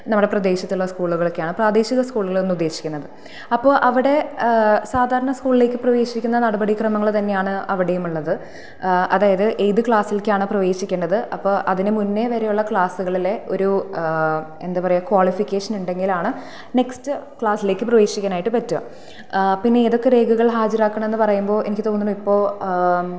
നമ്മുടെ പ്രദേശത്തുള്ള സ്കൂളുകളൊക്കെയാണ് പ്രാദേശിക സ്കൂളുകൾ എന്ന് ഉദ്ദേശിക്കുന്നത് അപ്പോൾ അവിടെ സാധാരണ സ്കൂളിലേക്ക് പ്രവേശിക്കുന്ന നടപടിക്രമങ്ങൾ തന്നെയാണ് അവിടെയുമുള്ളത് അതായത് ഏതു ക്ലാസ്സിലേക്കാണ് പ്രവേശിക്കേണ്ടത് അപ്പോൾ അതിനു മുന്നേ വരെയുള്ള ക്ലാസ്സുകളിലെ ഒരു എന്താ പറയുക ക്വാളിഫിക്കേഷൻ ഉണ്ടെങ്കിലാണ് നെക്സ്റ്റ് ക്ലാസ്സിലേക്ക് പ്രവേശിക്കാനായിട്ട് പറ്റുക പിന്നെ ഏതൊക്കെ രേഖകൾ ഹാജരാക്കണമെന്ന് പറയുമ്പോൾ എനിക്ക് തോന്നുന്നു ഇപ്പോൾ